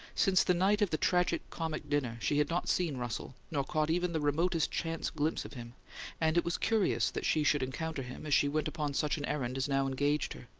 since the night of the tragic-comic dinner she had not seen russell, nor caught even the remotest chance glimpse of him and it was curious that she should encounter him as she went upon such an errand as now engaged her.